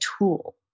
tool